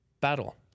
battle